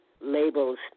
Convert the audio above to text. labels